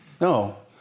No